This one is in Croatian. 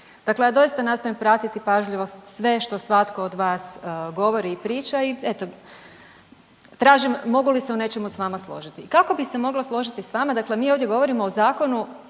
Dakle, ja doista nastojim pratiti pažljivo sve što svatko od vas govori i priča i eto tražim mogu li se u nečemu s vama složiti. Kako bi se mogla složiti s vama, dakle mi ovdje govorimo o zakonu